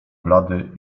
blady